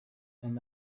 and